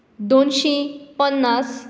दोनशी पन्नास